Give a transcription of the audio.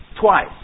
twice